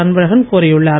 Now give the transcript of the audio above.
அன்பழகன் கோரியுள்ளார்